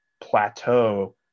plateau